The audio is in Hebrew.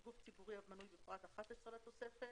גוף ציבורי המנוי בפרט (11) לתוספת,